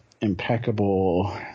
impeccable